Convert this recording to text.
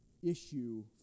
issue